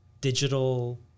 digital